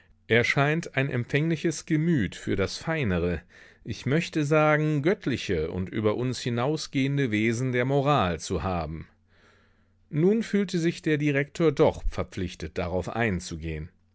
scheint ein empfängliches gemüt für das feinere ich möchte sagen göttliche und über uns hinausgehende wesen der moral zu haben nun fühlte sich der direktor doch verpflichtet darauf einzugehen